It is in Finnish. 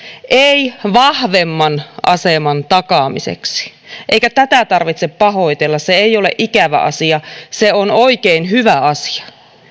ei vahvemman aseman takaamiseksi eikä tätä tarvitse pahoitella se ei ole ikävä asia se on oikein hyvä asia